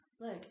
Look